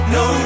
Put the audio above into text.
no